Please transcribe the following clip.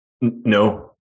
No